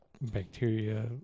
bacteria